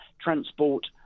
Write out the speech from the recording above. transport